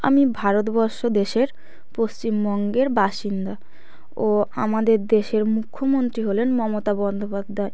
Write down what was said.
আমি ভারতবর্ষ দেশের পশ্চিমবঙ্গের বাসিন্দা ও আমাদের দেশের মুখ্যমন্ত্রী হলেন মমতা বন্দ্যোপাধ্যায়